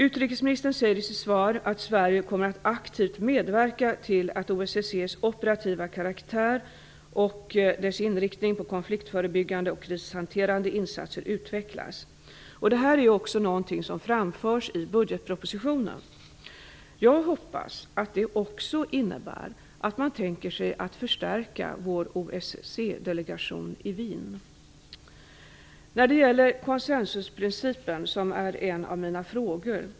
Utrikesministern säger i sitt svar: "Sverige kommer att aktivt medverka till att OSSE:s operativa karaktär och dess inriktning på konfliktförebyggande och krishanterande insatser utvecklas." Detta är också något som framförs i budgetpropositionen. Jag hoppas att det också innebär att man tänker sig att förstärka vår OSSE-delegation i Wien. Jag vet att frågan om konsensusprincipen är svår.